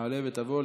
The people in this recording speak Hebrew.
תעלה ותבוא.